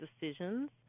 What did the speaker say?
decisions